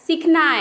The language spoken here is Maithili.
सिखनाय